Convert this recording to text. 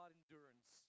endurance